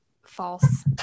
false